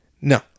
No